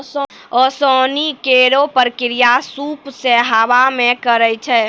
ओसौनी केरो प्रक्रिया सूप सें हवा मे करै छै